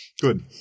Good